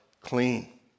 clean